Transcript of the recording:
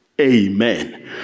Amen